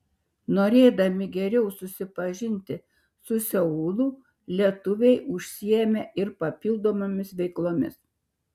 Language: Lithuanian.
norėdami geriau susipažinti su seulu lietuviai užsiėmė ir papildomomis veiklomis